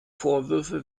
vorwürfe